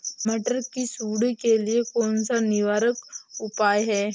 मटर की सुंडी के लिए कौन सा निवारक उपाय है?